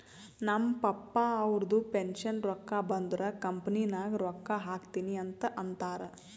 ನಮ್ ಪಪ್ಪಾ ಅವ್ರದು ಪೆನ್ಷನ್ ರೊಕ್ಕಾ ಬಂದುರ್ ಕಂಪನಿ ನಾಗ್ ರೊಕ್ಕಾ ಹಾಕ್ತೀನಿ ಅಂತ್ ಅಂತಾರ್